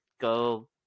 go